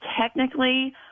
Technically